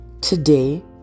Today